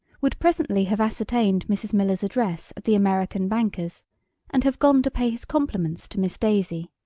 would presently have ascertained mrs. miller's address at the american banker's and have gone to pay his compliments to miss daisy.